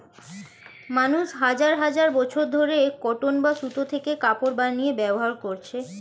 মানুষ হাজার হাজার বছর ধরে কটন বা সুতো থেকে কাপড় বানিয়ে ব্যবহার করছে